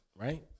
right